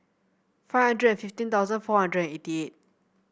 five hundred and fifteen thousand four hundred and eighty eight